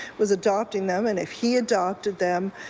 was adopting them. and if he adopted them,